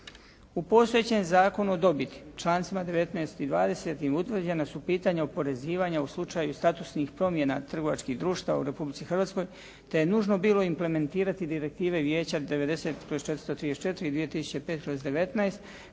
U postojećem Zakonu o dobiti u člancima 19. i 20. utvrđenja su pitanja oporezivanja u slučaju statusnih promjena trgovačkih društava u Republici Hrvatskoj te je nužno bilo implementirati direktive Vijeća 90/434 i 2005/19